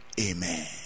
amen